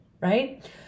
right